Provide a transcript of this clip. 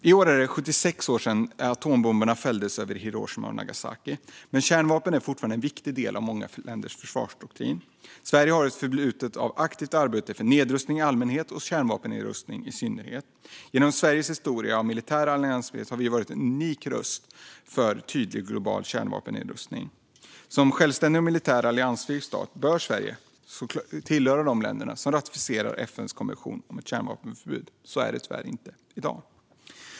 I år är det 76 år sedan atombomberna fälldes över Hiroshima och Nagasaki, men kärnvapen är fortfarande en viktig del av många länders försvarsdoktrin. Sverige har ett förflutet av aktivt arbete för nedrustning i allmänhet och kärnvapennedrustning i synnerhet. Genom Sveriges historia av militär alliansfrihet har vi varit en unik röst för tydlig global kärnvapennedrustning. Som självständig och militärt alliansfri stat bör Sverige tillhöra de länder som ratificerar FN:s konvention om kärnvapenförbud, men så är det tyvärr inte i dag.